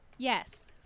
Yes